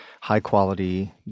high-quality